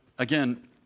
Again